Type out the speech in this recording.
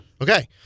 Okay